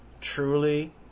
truly